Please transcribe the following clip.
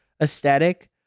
aesthetic